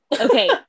Okay